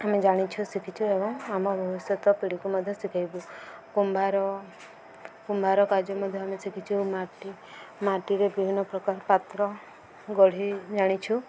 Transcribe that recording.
ଆମେ ଜାଣିଛୁ ଶିଖିଛୁ ଏବଂ ଆମ ଭବିଷ୍ୟତ ପିଢ଼ିକୁ ମଧ୍ୟ ଶିଖେଇବୁ କୁମ୍ଭାର କୁମ୍ଭାର କାର୍ଯ୍ୟ ମଧ୍ୟ ଆମେ ଶିଖିଛୁ ମାଟି ମାଟିରେ ବିଭିନ୍ନ ପ୍ରକାର ପାତ୍ର ଗଢ଼ି ଜାଣିଛୁ